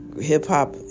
hip-hop